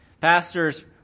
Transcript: Pastors